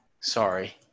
Sorry